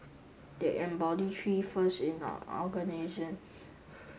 they embody three firsts in an